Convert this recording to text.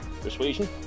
Persuasion